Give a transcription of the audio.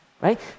right